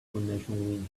connection